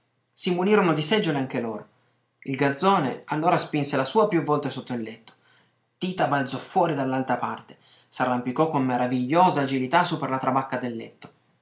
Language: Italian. si munirono di seggiole anche loro il garzone allora spinse la sua più volte sotto il letto tita balzò fuori dall'altra parte s'arrampicò con meravigliosa agilità su per la trabacca del letto